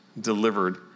delivered